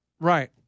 Right